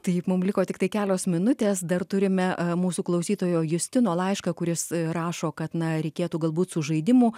taip mums liko tiktai kelios minutės dar turime mūsų klausytojo justino laišką kuris rašo kad na reikėtų galbūt su žaidimu